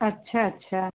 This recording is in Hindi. अच्छा अच्छा